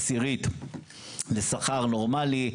עשירית לשכר נורמלי,